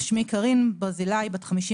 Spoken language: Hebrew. שמי קארין ברזילי, בת 54,